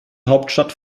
hauptstadt